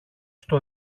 στο